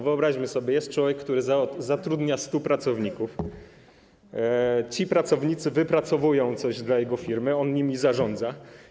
Wyobraźmy sobie, jest człowiek, który zatrudnia 100 pracowników, ci pracownicy wypracowują coś dla jego firmy, on nimi zarządza.